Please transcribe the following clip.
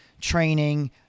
training